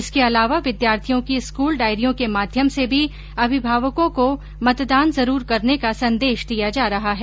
इसके अलावा विद्यार्थियों की स्कूल डायरियों के माध्यम से भी अभिभावकों को मतदान जरूर करने का संदेश दिया जा रहा है